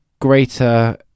greater